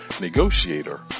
Negotiator